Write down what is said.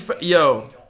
yo